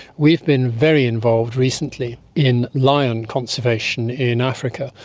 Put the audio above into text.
we have been very involved recently in lion conservation in africa,